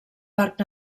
parc